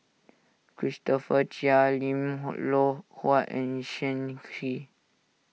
Christopher Chia Lim Loh Huat and Shen Xi